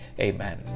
Amen